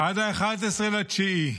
עד 11 בספטמבר,